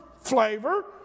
flavor